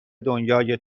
دنیای